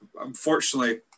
unfortunately